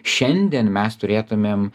šiandien mes turėtumėm